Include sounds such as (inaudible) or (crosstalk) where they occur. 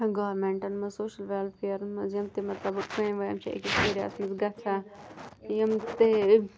گارمٮ۪نٛٹَن منٛز سوشَل وٮ۪لفِیَرَن منٛز یِم تہِ مطلب (unintelligible) چھِ أکِس ایریاہَس منٛز گژھان یِم تہِ